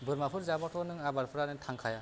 बोरमाफोर जाबाथ' नों आबादफ्रानो थांखाया